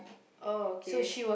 oh okay